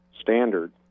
standard